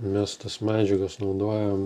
mes tas medžiagas naudojam